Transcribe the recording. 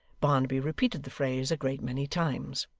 barnaby repeated the phrase a great many times.